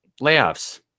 layoffs